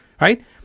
right